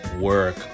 work